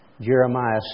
Jeremiah